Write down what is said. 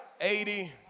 80